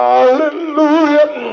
Hallelujah